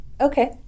Okay